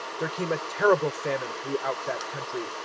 there came a terrible famine throughout that country,